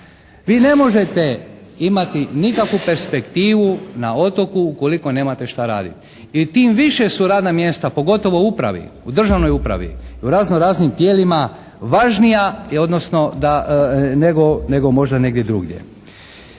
Vi ne možete nikakvu perspektivu na otoku ukoliko nemate šta raditi. I tim više su radna mjesta, pogotovo u upravi, državnoj upravi, u razno raznim tijelima važnija, odnosno da, nego možda negdje drugdje.